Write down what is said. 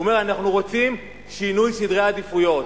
הוא אומר: אנחנו רוצים שינוי סדרי עדיפויות,